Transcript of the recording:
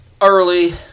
early